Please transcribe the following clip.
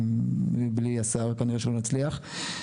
בלי השר כנראה שלא נצליח.